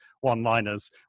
one-liners